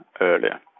earlier